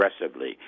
aggressively